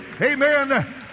Amen